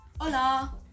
hola